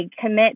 commit